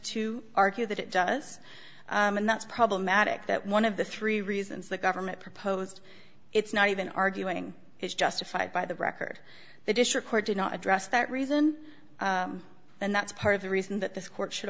to argue that it does and that's problematic that one of the three reasons the government proposed it's not even arguing it's justified by the record the district court did not address that reason and that's part of the reason that this court should